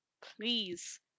Please